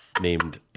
named